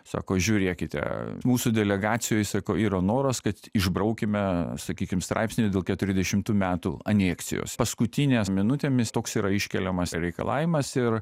sako žiūrėkite mūsų delegacijoj sako yra noras kad išbraukime sakykim straipsnį dėl keturiasdešimtų metų aneksijos paskutinė minutėmis toks yra iškeliamas reikalavimas ir